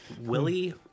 Willie